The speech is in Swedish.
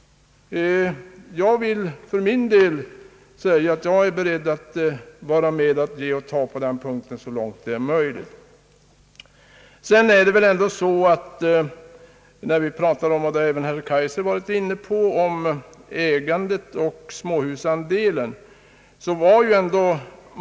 Jag vill för min del säga att jag är beredd vara med att ge och ta på den punkten så långt det är möjligt. Herr Kaijser var inne på ägandet och småhusandelen.